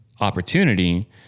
opportunity